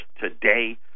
today